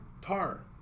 Tar